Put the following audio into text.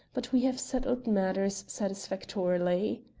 but we have settled matters satisfactorily.